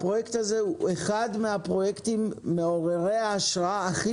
הפרויקט הזה הוא אחד מהפרויקטים מעוררי השראה הכי